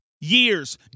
years